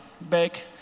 back